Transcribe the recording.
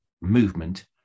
movement